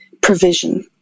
provision